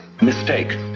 mistake